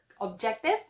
objective